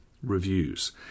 reviews